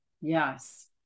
Yes